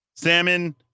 Salmon